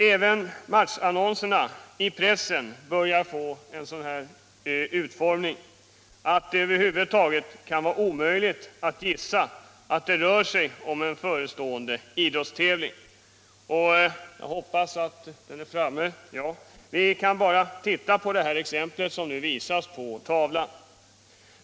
Även matchannonserna i pressen börjar få en sådan utformning att det ibland över huvud taget inte är möjligt att gissa att det rör sig om en förestående idrottstävling. Låt mig bara hänvisa till det exempel som just nu visas på bildskärmen!